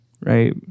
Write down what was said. right